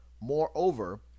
Moreover